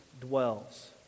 dwells